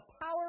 power